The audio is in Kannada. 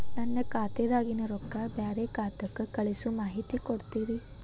ನನ್ನ ಖಾತಾದಾಗಿನ ರೊಕ್ಕ ಬ್ಯಾರೆ ಖಾತಾಕ್ಕ ಕಳಿಸು ಮಾಹಿತಿ ಕೊಡತೇರಿ?